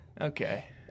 Okay